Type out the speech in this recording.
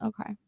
Okay